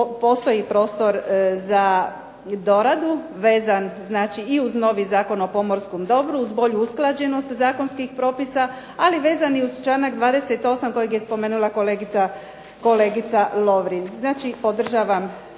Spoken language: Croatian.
postoji prostor za doradu vezan uz novi Zakon o pomorskom dobru uz bolju usklađenost zakonskih propisa, ali vezani i uz članak 28. kojeg je spomenula kolegica Lovrin. Znači podržavam